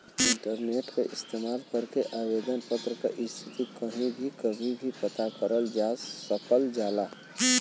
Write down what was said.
internet क इस्तेमाल करके आवेदन पत्र क स्थिति कहीं भी कभी भी पता करल जा सकल जाला